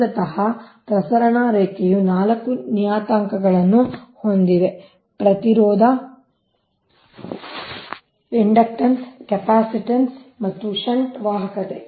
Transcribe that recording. ಮೂಲತಃ ಪ್ರಸರಣ ರೇಖೆಯು ನಾಲ್ಕು ನಿಯತಾಂಕಗಳನ್ನು ಹೊಂದಿದೆ ಪ್ರತಿರೋಧ ಇಂಡಕ್ಟನ್ಸ್ ಕೆಪಾಸಿಟನ್ಸ್ ಮತ್ತು ಷಂಟ್ ವಾಹಕತೆ